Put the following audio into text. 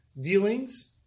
dealings